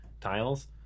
tiles